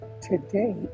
today